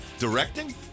Directing